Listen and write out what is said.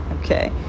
okay